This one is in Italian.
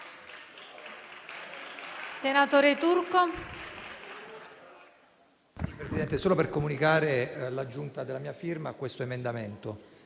senatori Turco